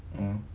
mm